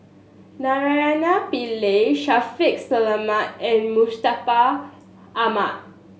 Naraina Pillai Shaffiq Selamat and Mustaq Ahmad